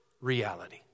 reality